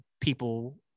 people